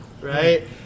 right